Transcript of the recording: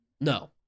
No